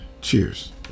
cheers